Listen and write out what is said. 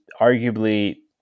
arguably